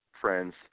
friends